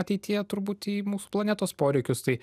ateityje turbūt į mūsų planetos poreikius tai